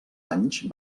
anys